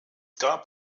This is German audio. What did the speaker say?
gab